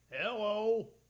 Hello